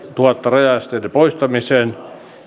rajaesteiden poistamiseen